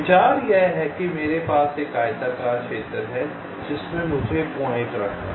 विचार यह है कि मेरे पास एक आयताकार क्षेत्र है जिसमें मुझे पॉइंट रखना है